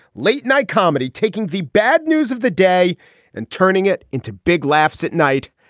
late night comedy taking the bad news of the day and turning it into big laughs at night.